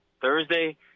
Thursday